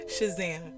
shazam